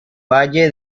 valle